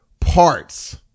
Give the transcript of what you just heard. parts